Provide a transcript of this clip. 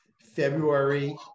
February